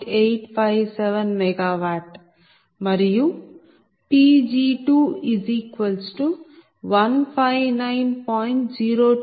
857 MW మరియు Pg2 159